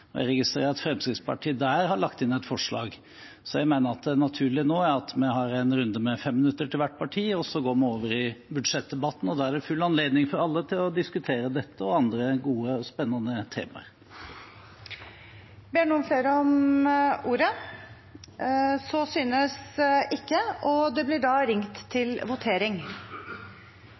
og jeg registrerer at Fremskrittspartiet der har lagt inn et forslag. Jeg mener at det naturlige nå er at vi har en runde med 5 minutter til hvert parti, og så går vi over i budsjettdebatten. Da er det full anledning for alle til å diskutere dette og andre gode og spennende temaer. Flere har ikke bedt om ordet til behandlingsmåten for sak nr. 1. Etter at det var ringt til votering,